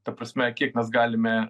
ta prasme kiek mes galime